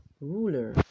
ruler